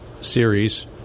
series